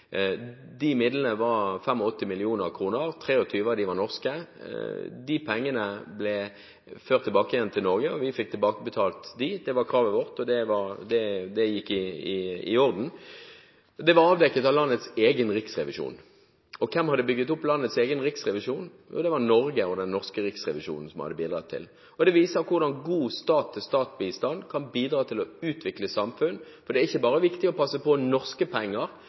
De midlene var på 85 mill. kr, hvor 23 mill. kr av dem var norske. De pengene ble ført tilbake til Norge, vi fikk tilbakebetalt dem. Det var kravet vårt, og det gikk i orden. Det ble avdekket av landets egen riksrevisjon. Og hvem hadde bygget opp landets egen riksrevisjon? Jo, det var det Norge og den norske Riksrevisjonen som hadde bidratt til. Det viser hvordan god stat-til-stat-bistand kan bidra til å utvikle samfunn, for det er ikke bare viktig å passe på norske penger.